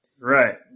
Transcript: Right